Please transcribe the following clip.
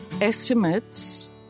estimates